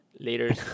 Later